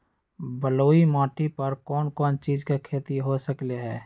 बलुई माटी पर कोन कोन चीज के खेती हो सकलई ह?